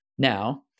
Now